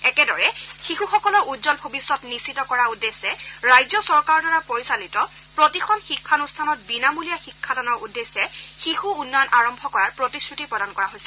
একেদৰে শিশুসকলৰ উজ্বল ভৱিষ্যৎ নিশ্চিত কৰাৰ উদ্দেশ্যে ৰাজ্য চৰকাৰৰ দ্বাৰা পৰিচালিত প্ৰতিখন শিক্ষানুষ্ঠানত বিনামূলীয়া শিক্ষাদানৰ উদ্দেশ্যে শিশু উন্নয়ন আৰম্ভ কৰাৰ প্ৰতিশ্ৰুতি প্ৰদান কৰা হৈছে